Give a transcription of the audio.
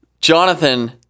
Jonathan